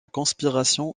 conspiration